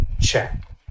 check